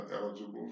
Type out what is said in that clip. eligible